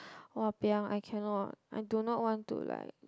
!wahpiang! I cannot I do not want to like